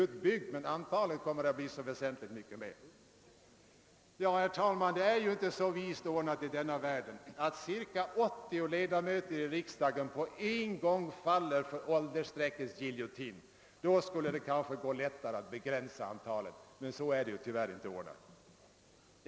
Det är inte så vist ordnat att cirka 80 ledamöter i riksdagens båda kamrar på en gång faller för åldersstreckets giljotin. Om det vore så skulle det kanske gå lättare att begränsa antalet i den nya kammaren till 300.